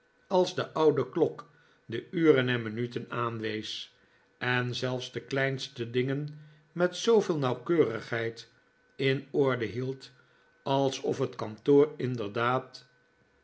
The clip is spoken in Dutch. als de oude klok de uren en minuten aanwees en zelfs de kleinste dingen met zooveel nauwkeurigheid in orde hield alsof het kantoor